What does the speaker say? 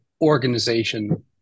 organization